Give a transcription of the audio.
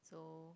so